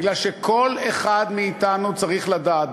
מפני שכל אחד מאתנו צריך לדעת,